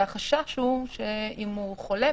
החשש הוא שאם הוא חולה,